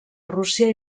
rússia